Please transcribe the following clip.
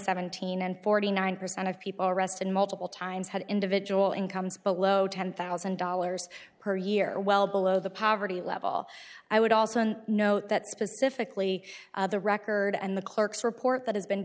seventeen and forty nine percent of people arrested multiple times had individual incomes below ten thousand dollars per year well below the poverty level i would also note that specifically the record and the clerks report that has been